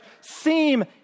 seem